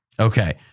Okay